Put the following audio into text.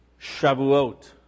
Shavuot